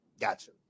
Gotcha